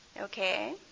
Okay